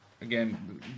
again